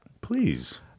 please